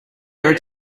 are